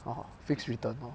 fixed return lor